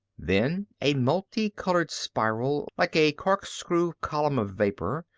then a multicolored spiral, like a corkscrew column of vapor,